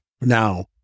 Now